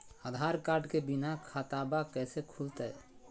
आधार card के बिना खाताबा कैसे खुल तय?